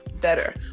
better